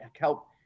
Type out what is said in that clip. help